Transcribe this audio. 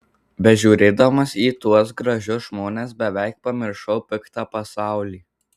bežiūrėdamas į tuos gražius žmones beveik pamiršau piktą pasaulį